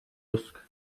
usk